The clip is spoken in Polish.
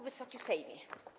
Wysoki Sejmie!